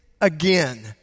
again